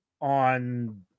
on